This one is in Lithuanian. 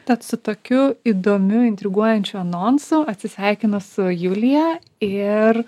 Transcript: tad su tokiu įdomiu intriguojančiu anonsu atsisveikinu su julija ir